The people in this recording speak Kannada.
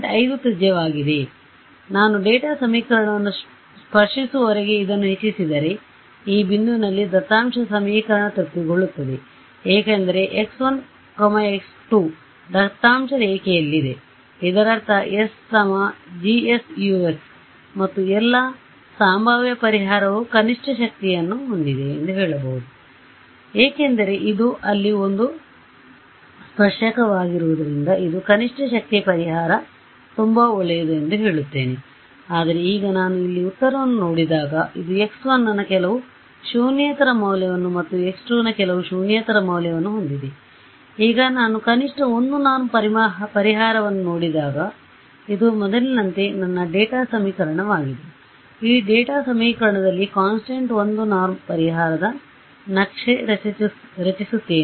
5 ತ್ರಿಜ್ಯವಾಗಿದೆ ಆದ್ದರಿಂದ ನಾನು ಡೇಟಾ ಸಮೀಕರಣವನ್ನು ಸ್ಪರ್ಶಿಸುವವರೆಗೆ ಇದನ್ನು ಹೆಚ್ಚಿಸಿದರೆಈ ಬಿಂದುವಿನಲ್ಲಿ ದತ್ತಾಂಶ ಸಮೀಕರಣ ತೃಪ್ತಿಗೊಳ್ಳುತ್ತದೆ ಏಕೆಂದರೆ x1 x2 ದತ್ತಾಂಶ ರೇಖೆಯಲ್ಲಿದೆ ಇದರರ್ಥ s GS Ux ಮತ್ತು ಎಲ್ಲಾ ಸಂಭಾವ್ಯ ಪರಿಹಾರವು ಕನಿಷ್ಠ ಶಕ್ತಿಯನ್ನು ಹೊಂದಿದೆ ಎಂದುಹೇಳಬಹುದು ಏಕೆಂದರೆ ಇದು ಅಲ್ಲಿ ಒಂದು ಸ್ಪರ್ಶಕವಾಗಿರುವುದರಿಂದ ಇದು ಕನಿಷ್ಠ ಶಕ್ತಿಯ ಪರಿಹಾರ ತುಂಬಾ ಒಳ್ಳೆಯದು ಎಂದು ಹೇಳುತ್ತೇನೆ ಆದರೆ ಈಗ ನಾನು ಇಲ್ಲಿ ಉತ್ತರವನ್ನು ನೋಡಿದಾಗ ಇದು x1ನ ಕೆಲವು ಶೂನ್ಯೇತರ ಮೌಲ್ಯವನ್ನು ಮತ್ತು x2 ನ ಕೆಲವು ಶೂನ್ಯೇತರ ಮೌಲ್ಯವನ್ನು ಹೊಂದಿದೆ ಈಗ ನಾನು ಕನಿಷ್ಟ 1 norm ಪರಿಹಾರವನ್ನು ನೋಡಿದಾಗ ಇದು ಮೊದಲಿನಂತೆ ನನ್ನ ಡೇಟಾ ಸಮೀಕರಣವಾಗಿದೆ ಈ ಡೇಟಾ ಸಮೀಕರಣದಲ್ಲಿ constant 1 norm ಪರಿಹಾರದ ನಕ್ಷೆ ರಚಿಸುತ್ತೇನೆ